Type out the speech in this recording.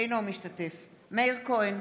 אינו משתתף בהצבעה מאיר כהן,